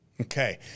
Okay